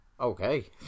Okay